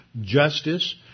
Justice